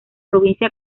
provincia